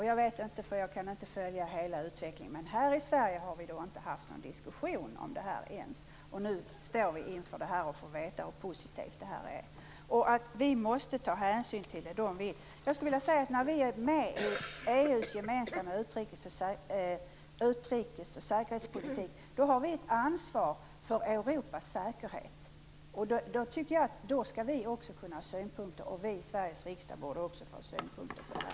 Jag kan inte följa hela utvecklingen, men här i Sverige har vi inte ens haft någon diskussion om detta. Nu står vi inför detta och får veta hur positivt det är och att vi måste ta hänsyn till vad de vill. När vi är med i EU:s gemensamma utrikes och säkerhetspolitik har vi ett ansvar för Europas säkerhet. Vi i Sveriges riksdag borde också få ha synpunkter på det här.